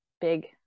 big